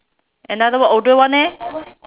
another one older one eh